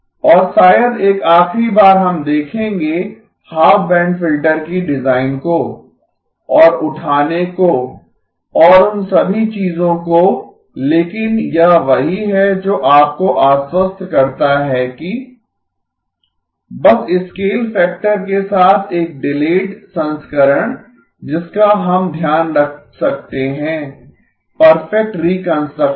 और शायद एक आखिरी बार हम देखेंगें हाफ बैंड फिल्टर की डिजाइन को और उठाने को और उन सभी चीजों को लेकिन यह वही है जो आपको आश्वस्त करता है कि बस स्केल फैक्टर के साथ एक डिलेड संस्करण जिसका हम ध्यान रख सकते हैं परफेक्ट रिकंस्ट्रक्शन